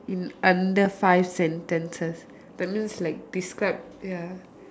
in under five sentences that means like describe ya